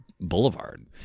Boulevard